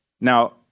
now